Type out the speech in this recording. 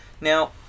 Now